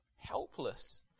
Helpless